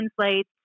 translate